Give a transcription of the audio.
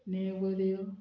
नेवऱ्यो